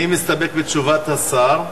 אני מסתפק בתשובת השר,